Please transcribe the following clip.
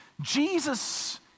Jesus